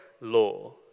law